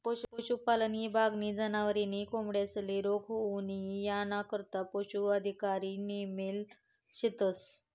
पशुपालन ईभागनी जनावरे नी कोंबड्यांस्ले रोग होऊ नई यानाकरता पशू अधिकारी नेमेल शेतस